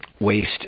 waste